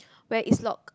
where it's lock